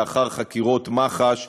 לאחר חקירות מח"ש,